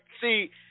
See